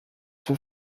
für